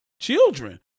children